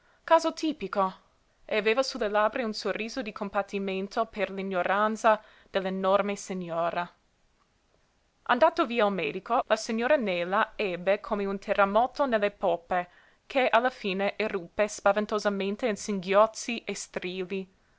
caso tipico e aveva sulle labbra un sorriso di compatimento per l'ignoranza dell'enorme signora andato via il medico la signora nela ebbe come un terremoto nelle poppe che alla fine eruppe spaventosamente in singhiozzi e strilli